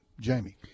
jamie